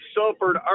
suffered